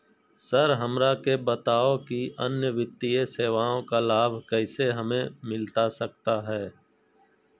Sir हमरा के बताओ कि अन्य वित्तीय सेवाओं का लाभ कैसे हमें मिलता सकता है?